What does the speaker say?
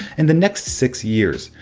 in the next six years,